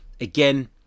again